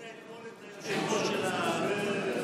ראית אתמול את היושב-ראש של הכנסת?